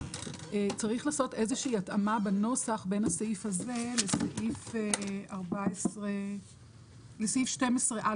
צריך לעשות איזושהי התאמה בנוסח בין הסעיף הזה לבין סעיף 12א